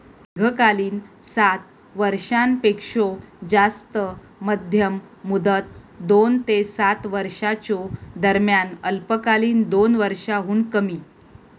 दीर्घकालीन सात वर्षांपेक्षो जास्त, मध्यम मुदत दोन ते सात वर्षांच्यो दरम्यान, अल्पकालीन दोन वर्षांहुन कमी